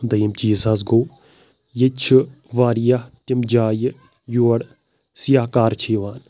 دوٚیِم چیٖز حظ گوٚو ییٚتہِ چھُ واریاہ تِم جایہِ یور سِیاح کار چھِ یِوان